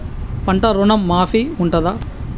పంట ఋణం మాఫీ ఉంటదా?